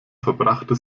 verbrachte